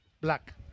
Black